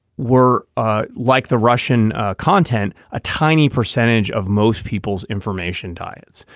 were ah like the russian content, a tiny percentage of most people's information diets.